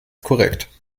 korrekt